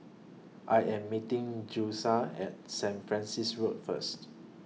I Am meeting Julissa At Sanit Francis Road First